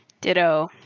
Ditto